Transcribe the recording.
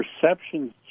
perceptions